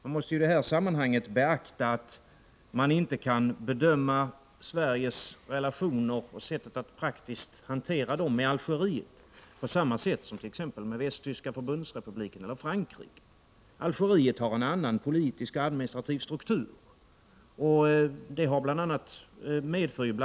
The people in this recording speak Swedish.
Man måste i sammanhanget beakta att man inte kan bedöma Sveriges relationer och sättet att praktiskt hantera dem med Algeriet på samma sätt som med t.ex. Västtyska förbundsrepubliken eller Frankrike. Algeriet har en annan politisk och administrativ struktur och en annan praxis.